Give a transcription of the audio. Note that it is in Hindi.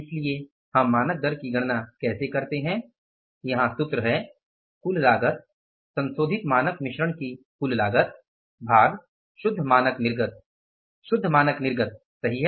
इसलिए हम मानक दर की गणना कैसे करते हैं यहाँ सूत्र है कुल लागत संशोधित मानक मिश्रण की कुल लागत भाग शुद्ध मानक निर्गत शुद्ध मानक निर्गत सही है